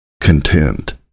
Content